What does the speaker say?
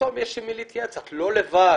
פתאום יש עם מי להתייעץ, את לא לבד.